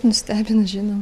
nustebino žinoma